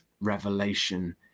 revelation